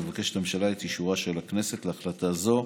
מבקשת הממשלה את אישורה של הכנסת להחלטה זאת.